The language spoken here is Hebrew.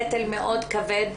נטל מאוד כבד,